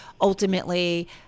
ultimately